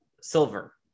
silver